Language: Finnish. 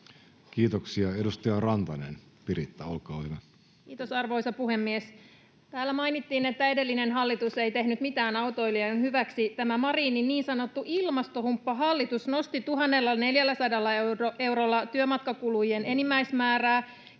Time: 17:35 Content: Kiitos, arvoisa puhemies! Täällä mainittiin, että edellinen hallitus ei tehnyt mitään autoilijoiden hyväksi. Tämä Marinin niin sanottu ilmastohumppahallitus nosti 1 400 eurolla työmatkakulujen enimmäismäärää,